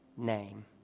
name